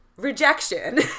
Rejection